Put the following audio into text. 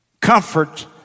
comfort